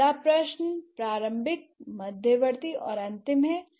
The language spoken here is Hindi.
पहला प्रश्न प्रारंभिक मध्यवर्ती और अंतिम है